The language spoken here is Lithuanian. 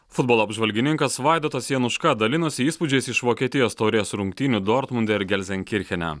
futbolo apžvalgininkas vaidotas januška dalinosi įspūdžiais iš vokietijos taurės rungtynių dortmunde ir gelzenkirchene